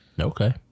Okay